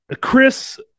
Chris